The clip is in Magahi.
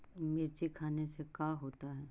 मिर्ची खाने से का होता है?